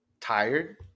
tired